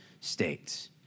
states